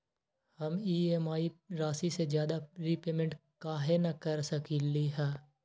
हम ई.एम.आई राशि से ज्यादा रीपेमेंट कहे न कर सकलि ह?